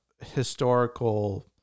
historical